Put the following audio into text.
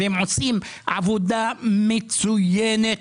הם עושים עבודה מצוינת.